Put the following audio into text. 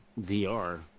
VR